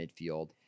midfield